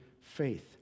faith